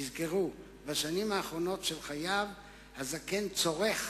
תזכרו, בשנים האחרונות של חייו הזקן צורך